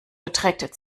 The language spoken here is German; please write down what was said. beträgt